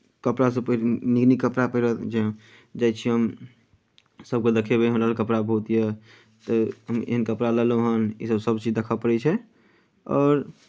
कपड़ासभ पहिर नीक नीक कपड़ा पहिरत जे जाइ छी हम सभकेँ देखेबै हमरा लग कपड़ा बहुत यए तऽ हम एहन कपड़ा लेलहुँ हन इसभ सभचीज देखय पड़ैत छै आओर